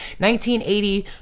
1980